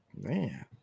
man